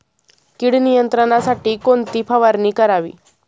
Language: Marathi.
कीड नियंत्रणासाठी कोणती फवारणी करावी?